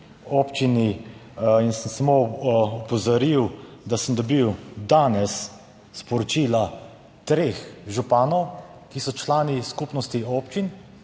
občini, in sem samo opozoril, da sem dobil danes sporočila treh županov, ki so člani skupnosti občin